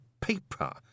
paper